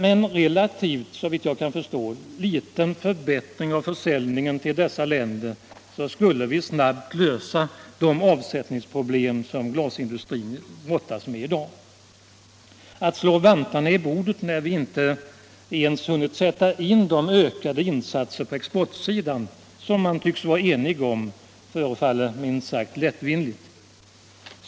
Men med en såvitt jag förstår relativt liten förbättring av försäljningen till dessa länder skulle vi snabbt lösa de avsättningsproblem som glasindustrin i dag brottas med. Att slå vantarna i bordet när vi inte ens hunnit göra de ökade insatser på exportsidan som man tycks vara enig om förefaller minst sagt lättvindigt.